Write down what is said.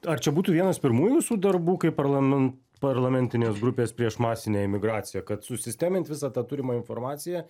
ar čia būtų vienas pirmųjų jūsų darbų kaip parlamen parlamentinės grupės prieš masinę imigraciją kad susistemint visą tą turimą informaciją